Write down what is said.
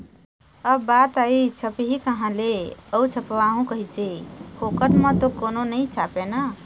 अब बात आइस छपही काँहा ले अऊ छपवाहूँ कइसे, फोकट म तो कोनो नइ छापय ना